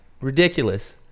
Ridiculous